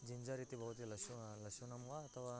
ginger इति भवति लशु लशुनं वा अथवा